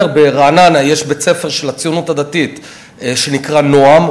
ברעננה יש בית-ספר של הציונות הדתית שנקרא "נועם".